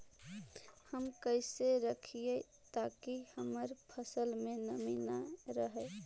हम कैसे रखिये ताकी हमर फ़सल में नमी न रहै?